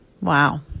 Wow